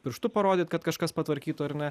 pirštu parodyt kad kažkas patvarkytų ar ne